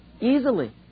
Easily